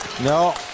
No